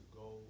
go